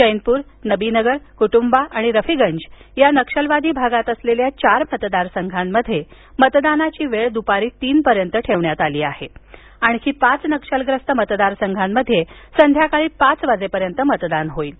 चैनपूर नबीनगर कुटुंबां आणि रफिगंज या नक्षलवादी भागात असलेल्या चार मतदारसंघांमध्ये मतदानाची वेळ द्पारी तीनपर्यंत ठेवण्यात आली असून आणखी पाच नक्षलग्रस्त मतदारसंघांमध्ये संध्याकाळी पाच वाजेपर्यंत मतदान होईल